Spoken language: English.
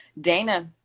Dana